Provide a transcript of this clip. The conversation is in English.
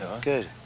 Good